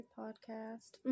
podcast